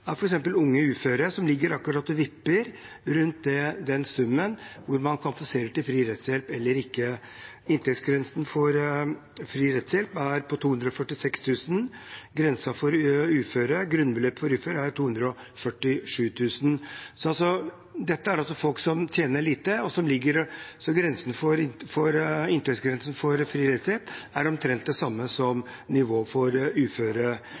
er unge uføre, som ligger og vipper akkurat rundt den summen som avgjør om man kvalifiserer til fri rettshjelp eller ikke. Inntektsgrensen for fri rettshjelp er på 246 000 kr, grunnbeløpet for uføre er 247 000 kr. Dette er altså folk som tjener lite, og inntektsgrensen for fri rettshjelp er omtrent den samme som nivået for uføre. Det synes vi er